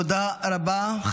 תודה רבה.